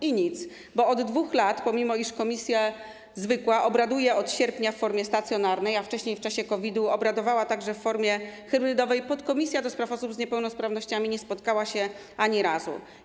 I nic, bo od 2 lat, pomimo że komisja zwykła obraduje od sierpnia w formie stacjonarnej, a wcześniej w czasie COVID-u obradowała także w formie hybrydowej, podkomisja do spraw osób z niepełnosprawnościami nie spotkała się ani razu.